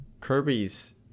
Kirby's